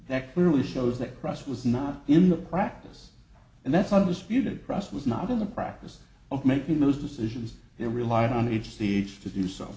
that clearly shows that cross was not in the practice and that's not disputed ross was not in the practice of making those decisions they relied on each speech to do so